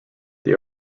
they